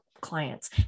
clients